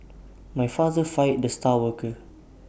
my father fired the star worker